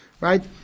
right